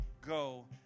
go